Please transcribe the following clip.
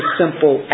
simple